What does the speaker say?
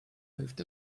moved